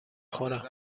خورم